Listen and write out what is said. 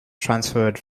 transferred